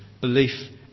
belief